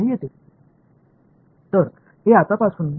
எனவே இது உங்கள் அனைவருக்கும் இப்போது தெரிந்திருக்க வேண்டும்